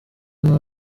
nta